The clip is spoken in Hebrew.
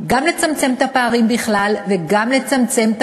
גם לצמצם את הפערים בכלל וגם לצמצם את